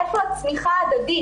איפה הצמיחה ההדדית?